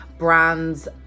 brands